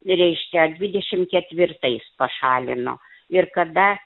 reiškia dvidešimt ketvirtais pašalino ir kada